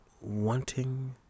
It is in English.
wanting